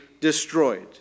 destroyed